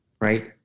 right